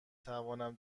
تونم